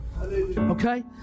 Okay